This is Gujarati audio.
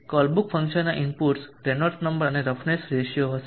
કોલબ્રુક ફંકશનના ઇનપુટ્સ રેનોલ્ડ્સ નંબર અને રફનેસ રેશિયો હશે